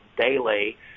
daily